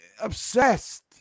obsessed